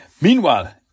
Meanwhile